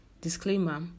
disclaimer